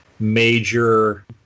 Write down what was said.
Major